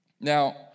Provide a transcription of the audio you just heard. Now